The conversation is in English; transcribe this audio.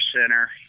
center